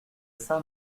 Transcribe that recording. saint